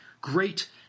great